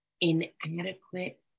inadequate